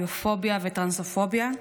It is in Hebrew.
ביפוביה וטרנספוביה,